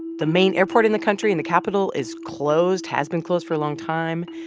the main airport in the country in the capital is closed, has been closed for a long time.